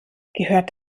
gehört